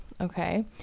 okay